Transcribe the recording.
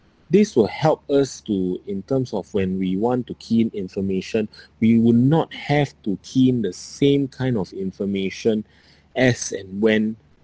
this will help us to in terms of when we want to keep information we will not have to key in the same kind of information as and when